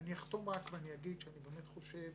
אני אומר שאני באמת חושב